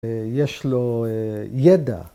‫ויש לו ידע.